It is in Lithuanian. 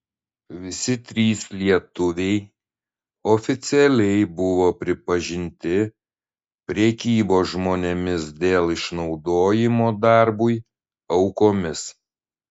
visi trys lietuviai oficialiai buvo pripažinti prekybos žmonėmis dėl išnaudojimo darbui aukomis